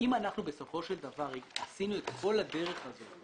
שאם אנחנו בסופו של דבר עשינו את כל הדרך הזאת